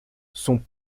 son